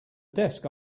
desk